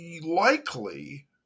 likely